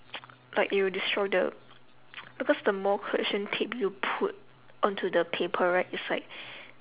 like it will destroy the because the more correction tape you put onto the paper right it's like